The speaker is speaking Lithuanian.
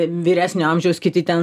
vyresnio amžiaus kiti ten